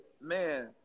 man